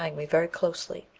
eyeing me very closely,